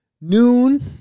Noon